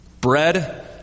Bread